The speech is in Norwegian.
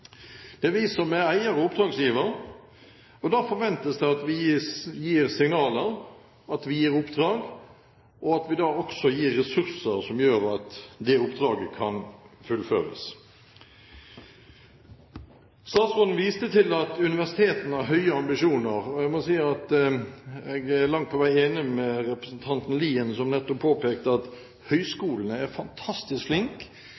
Det er vi som er eier og oppdragsgiver, og da forventes det at vi gir signaler, gir oppdrag, og at vi også gir ressurser som gjør at oppdraget kan fullføres. Statsråden viste til at universitetene har høye ambisjoner. Jeg må si at jeg langt på vei er enig med representanten Lien som nettopp påpekte at